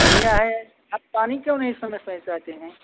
बढ़ियाँ है आप पानी क्यों नहीं समय से पहुँचाते हैं